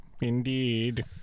Indeed